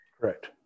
Correct